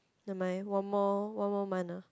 never mind one more one more month ah